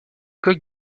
coq